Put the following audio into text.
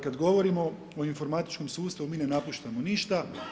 Kad govorimo o informatičkom sustavu, mi ne napuštamo ništa.